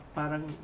parang